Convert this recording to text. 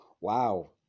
Wow